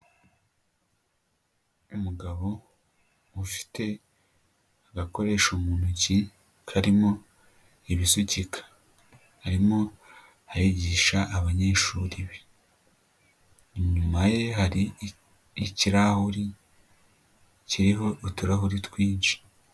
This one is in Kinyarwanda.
Umugabo ufite agakoresho mu ntoki karimo ibisukika, arimo arigisha abanyeshuri be, inyuma ye hari ikirahuri kiriho uturahuri twinshi.